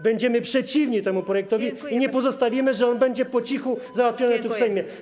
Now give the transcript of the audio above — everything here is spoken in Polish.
Będziemy przeciwni temu projektowi i nie pozostawimy tego tak, że to będzie po cichu załatwione w Sejmie.